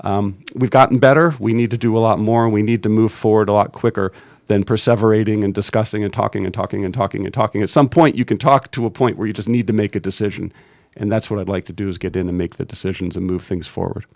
been we've gotten better we need to do a lot more and we need to move forward a lot quicker than perseverating and discussing and talking and talking and talking and talking at some point you can talk to a point where you just need to make a decision and that's what i'd like to do is get in and make the decisions and move things forward